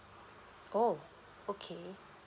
oh okay